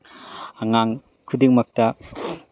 ꯑꯉꯥꯡ ꯈꯨꯗꯤꯡꯃꯛꯇ